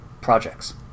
projects